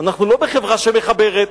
אנחנו לא בחברה שמחברת,